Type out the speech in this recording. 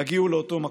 תגיעו לאותו מקום,